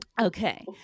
Okay